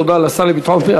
תודה לשר לביטחון פנים.